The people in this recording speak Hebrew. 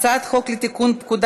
אינו נוכח,